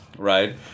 right